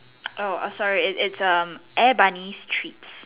oh err sorry it it's um air bunny's treats